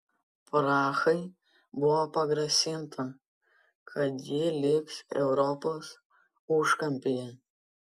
prahai buvo pagrasinta kad ji liks europos užkampyje